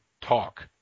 talk